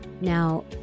Now